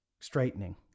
straightening